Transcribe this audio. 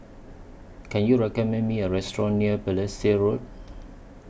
Can YOU recommend Me A Restaurant near Balestier Road